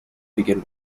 begin